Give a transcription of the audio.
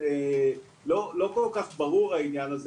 לא כל כך ברור העניין הזה.